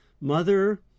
Mother